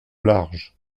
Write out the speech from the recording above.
large